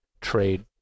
trade